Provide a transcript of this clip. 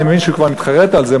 שהוא כבר מתחרט על זה,